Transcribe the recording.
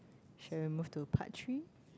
should I move to part three